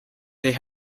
they